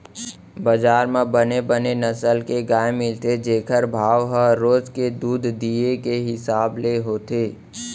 बजार म बने बने नसल के गाय मिलथे जेकर भाव ह रोज के दूद दिये के हिसाब ले होथे